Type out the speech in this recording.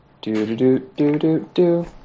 Do-do-do-do-do-do